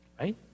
Right